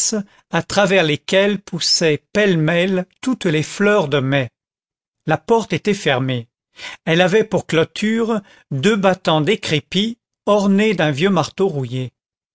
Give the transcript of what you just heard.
à travers lesquelles poussaient pêle-mêle toutes les fleurs de mai la porte était fermée elle avait pour clôture deux battants décrépits ornés d'un vieux marteau rouillé